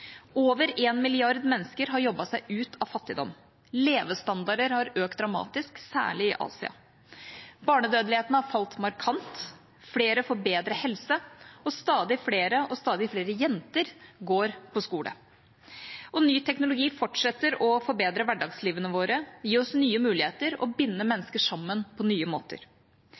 Over 1 milliard mennesker har jobbet seg ut av fattigdom. Levestandarder har økt dramatisk, særlig i Asia. Barnedødeligheten har falt markant. Flere får bedre helse. Stadig flere – og stadig flere jenter – går på skole. Ny teknologi fortsetter å forbedre hverdagslivene våre, gi oss nye muligheter og binde mennesker sammen på nye måter.